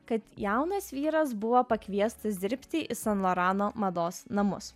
kad jaunas vyras buvo pakviestas dirbti į san lorano mados namus